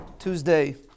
Tuesday